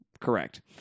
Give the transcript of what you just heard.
Correct